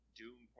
Doom